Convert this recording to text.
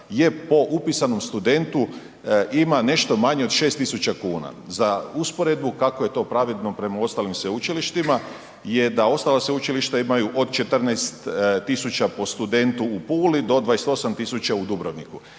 je po upisanom studentu ima nešto manje od 6.000 kuna? Za usporedbu kako je to pravedno prema ostalim sveučilištima, je da ostala sveučilišta imaju od 14.000 po studentu u Puli do 28.000 u Dubrovniku.